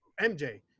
MJ